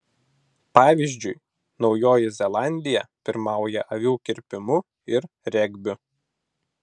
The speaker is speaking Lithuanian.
pavyzdžiui naujoji zelandija pirmauja avių kirpimu ir regbiu